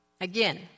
Again